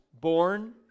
born